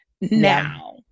now